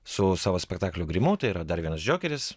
su savo spektaklių grimuotoja yra dar vienas džokeris